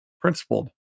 principled